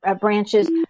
branches